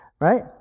right